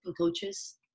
coaches